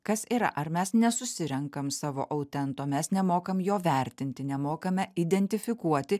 kas yra ar mes nesusirenkam savo autento mes nemokam jo vertinti nemokame identifikuoti